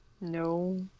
No